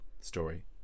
story